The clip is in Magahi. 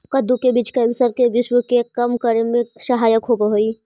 कद्दू के बीज कैंसर के विश्व के कम करे में सहायक होवऽ हइ